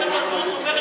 אתה יכול להביע,